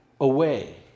away